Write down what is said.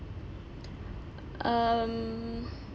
um